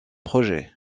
projet